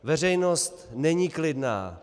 Veřejnost není klidná.